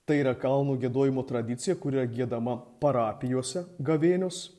tai yra kalnų giedojimo tradicija kuri yra giedama parapijose gavėnios